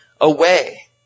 away